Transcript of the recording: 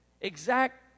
exact